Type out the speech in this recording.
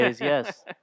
yes